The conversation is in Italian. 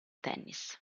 tennis